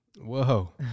Whoa